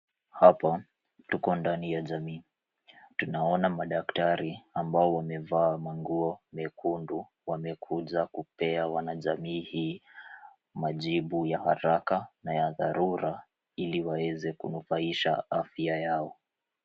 Hapa tuko ndani ya jamii. Tunaona madaktari ambao wamevalia manguo mekundu ambao wamekuja kupea wanajamii hii majibu ya haraka na ya dharura ili waweze kunufaisha afya yao.